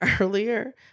earlier